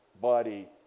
body